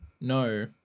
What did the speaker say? no